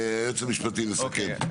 היועץ המשפטי, נסכם.